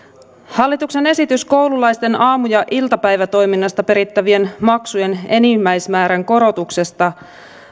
hallituksen esitys koululaisten aamu ja iltapäivätoiminnasta perittävien maksujen enimmäismäärän korotuksesta